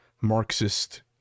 Marxist